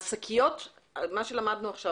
מה שלמדנו עכשיו,